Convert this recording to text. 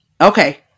Okay